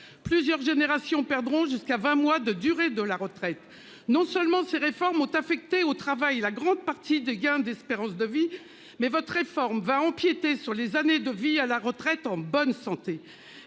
plusieurs générations perdront jusqu'à 20 mois de durée de la retraite. Non seulement ces réformes ont affecté au travail. La grande partie des gains d'espérance de vie. Mais votre réforme va empiéter sur les années de vie à la retraite en bonne santé